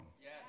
Yes